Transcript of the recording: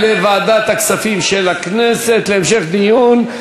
לוועדת הכספים של הכנסת להמשך דיון.